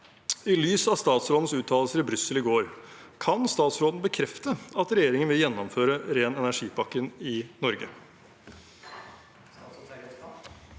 I lys av statsrådens uttalelser i Brussel i går: Kan statsråden bekrefte at regjeringen vil gjennomføre ren energi-pakken i Norge?